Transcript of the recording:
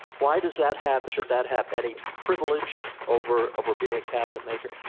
why does that have should that have any privilege over over being a cabinetmaker?